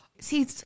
See